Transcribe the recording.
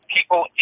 People